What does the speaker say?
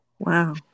Wow